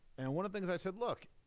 and one of the things i said, look,